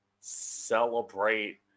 celebrate